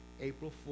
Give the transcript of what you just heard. April